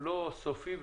לא סופי,